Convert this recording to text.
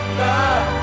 love